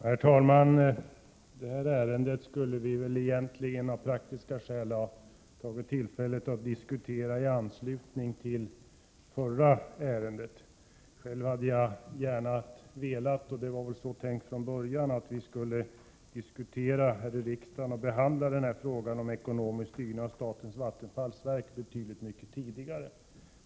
Herr talman! Av praktiska skäl skulle vi väl egentligen ha tagit tillfället i akt och diskuterat detta ärende i anslutning till det förra. Själv hade jag gärna velat att, vilket väl också var tänkt från början, riksdagen skulle ha behandlat frågan om ekonomisk styrning av statens vattenfallsverk betydligt tidigare.